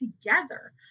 together